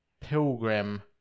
Pilgrim